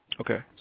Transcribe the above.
Okay